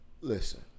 listen